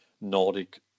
Nordic